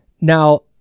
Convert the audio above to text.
Now